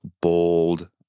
bold